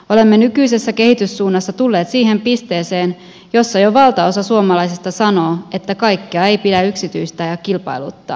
olemme nykyisessä kehityssuunnassa tulleet siihen pisteeseen jossa jo valtaosa suomalaisista sanoo että kaikkea ei pidä yksityistää ja kilpailuttaa